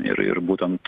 ir ir būtent